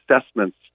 assessments